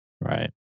Right